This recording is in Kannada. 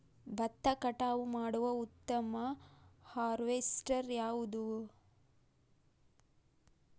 ಭತ್ತ ಕಟಾವು ಮಾಡುವ ಉತ್ತಮ ಹಾರ್ವೇಸ್ಟರ್ ಯಾವುದು?